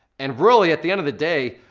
and really at the end of the day,